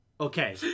Okay